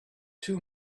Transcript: two